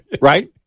Right